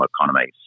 economies